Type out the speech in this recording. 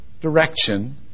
direction